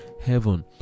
heaven